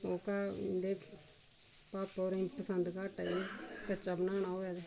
ओह्का पापा होरें गी पसंद घट्ट ऐ कच्चा बनाना होऐ ते